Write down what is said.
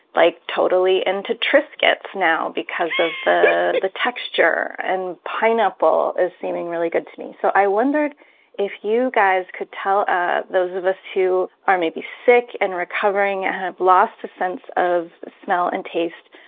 like totally into triscuits now because of the texture, and pineapple is seeming really good to me. so i wondered if you guys could tell ah those of us who are maybe sick and recovering and have lost the sense of smell and taste,